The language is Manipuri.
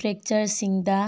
ꯐ꯭ꯔꯦꯛꯆꯔ ꯁꯤꯡꯗ